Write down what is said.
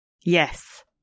Yes